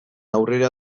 aurrera